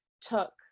took